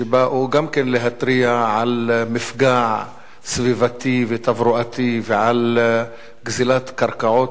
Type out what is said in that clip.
שבאו גם כן להתריע על מפגע סביבתי ותברואתי ועל גזלת קרקעות